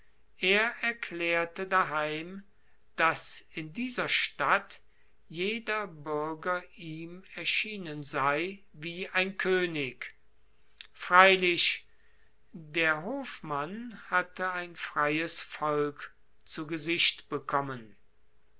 erklaerte daheim dass in dieser stadt jeder buerger ihm erschienen sei wie ein koenig freilich der hofmann hatte ein freies volk zu gesicht bekommen